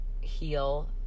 heal